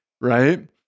Right